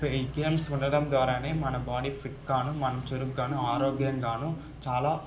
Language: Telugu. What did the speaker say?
ఈ గేమ్స్ ఉండడం ద్వారానే మన బాడీ ఫిట్గాను మనం చురుగ్గాను ఆరోగ్యంగాను చాలా